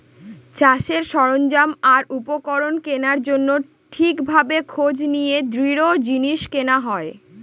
চাষের সরঞ্জাম আর উপকরণ কেনার জন্য ঠিক ভাবে খোঁজ নিয়ে দৃঢ় জিনিস কেনা হয়